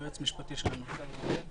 יועץ משפטי של המרכז לגישור ובוררות.